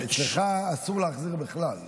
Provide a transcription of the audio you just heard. אצלך אסור להחזיר בכלל.